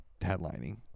headlining